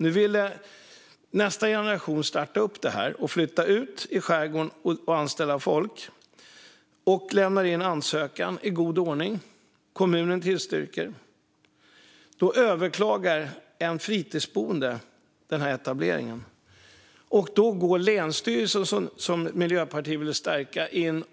Nu ville nästa generation starta upp varvet, flytta ut i skärgården och anställa folk. De lämnade in ansökan i god ordning, och kommunen tillstyrkte. Då överklagade en fritidsboende etableringen, och länsstyrelsen, som Miljöpartiet vill stärka, gick in